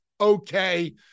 okay